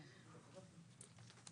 בסדר גמור, מה עוד?